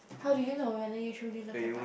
how do you know whether you truly love your partner